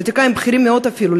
לפוליטיקאים בכירים מאוד אפילו,